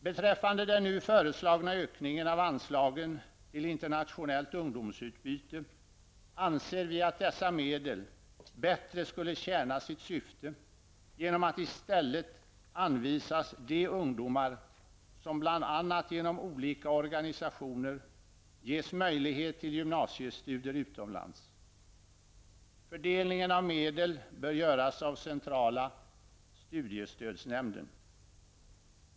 Beträffande den nu föreslagna ökningen av anslagen till internationellt ungdomsutbyte, anser vi att dessa medel bättre skulle tjäna sitt syfte genom att de i stället anvisas de ungdomar som bl.a. genom olika organisationer ges möjlighet till gymnasiestudier utomlands. Fördelningen av medel bör göras av centrala studiestödsnämnden.